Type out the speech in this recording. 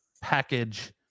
package